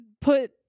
put